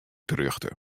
terjochte